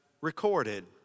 recorded